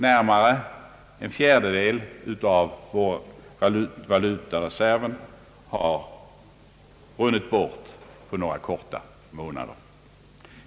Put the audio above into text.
Närmare en fjärdedel av vår valutareserv har runnit bort på några korta månader.